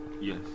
Yes